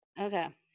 Okay